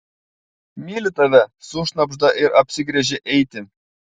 myliu tave sušnabžda ir apsigręžia eiti